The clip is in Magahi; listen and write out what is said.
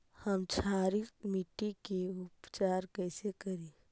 हम क्षारीय मिट्टी के उपचार कैसे करी?